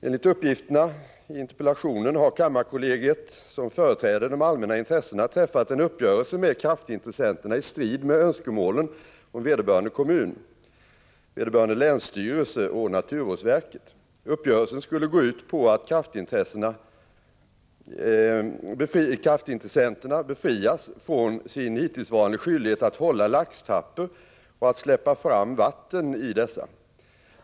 Enligt uppgifterna i interpellationen har kammarkollegiet, som företräder de allmänna intressena, träffat en uppgörelse med kraftintressenterna i strid med önskemålen från vederbörande kommun, vederbörande länsstyrelse och naturvårdsverket. Uppgörelsen skulle gå ut på att kraftintressenterna befrias från sin hittillsvarande skyldighet att hålla laxtrappor och att släppa fram vatten i dessa.